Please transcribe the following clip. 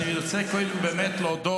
אני רוצה קודם להודות